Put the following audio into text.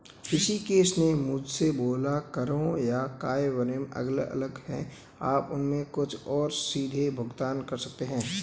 ऋषिकेश ने मुझसे बोला करों का कार्यान्वयन अलग अलग है आप उनमें से कुछ को सीधे भुगतान करते हैं